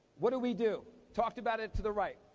what do we do? talked about it to the right.